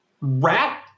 rat